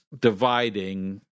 dividing